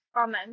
amen